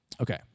Okay